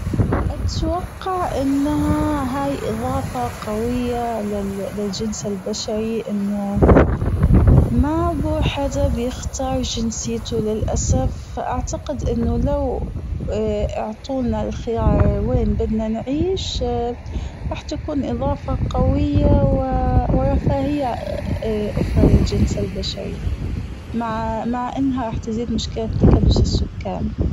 أتوقع إنها هي أظافة قوية للجنس البشري أنه مابه حدا بيختار جينسيته للأسف أعتقد أنه لو أعطولنا الخيار وين بدنا نعيش راح تكون أظافة قوية ورفاهية أخرى للجنس البشري مع- مع إنها راح تزيد مشكلة تكدس السكان.